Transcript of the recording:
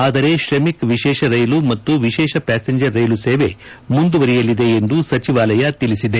ಆದರೆ ಶ್ರಮಿಕ್ ವಿಶೇಷ ರೈಲು ಮತ್ತು ವಿಶೇಷ ಪ್ಲಾಸೆಂಜರ್ ರೈಲು ಸೇವೆ ಮುಂದುವರಿಯಲಿದೆ ಎಂದು ಸಚಿವಾಲಯ ತಿಳಿಸಿದೆ